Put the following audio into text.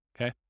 okay